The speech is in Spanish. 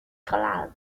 clark